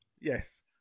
Yes